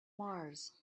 mars